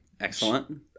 Excellent